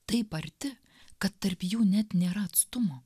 taip arti kad tarp jų net nėra atstumo